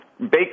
Bake